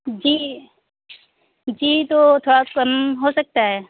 جی جی تو تھوڑا کم ہو سکتا ہے